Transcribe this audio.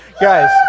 Guys